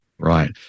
Right